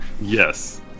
Yes